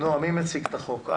מי מציג את החוק?